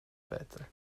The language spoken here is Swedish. peter